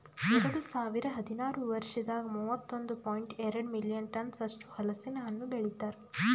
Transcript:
ಎರಡು ಸಾವಿರ ಹದಿನಾರು ವರ್ಷದಾಗ್ ಮೂವತ್ತೊಂದು ಪಾಯಿಂಟ್ ಎರಡ್ ಮಿಲಿಯನ್ ಟನ್ಸ್ ಅಷ್ಟು ಹಲಸಿನ ಹಣ್ಣು ಬೆಳಿತಾರ್